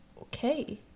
okay